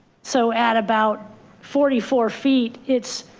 so at about forty four feet, it's.